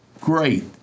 great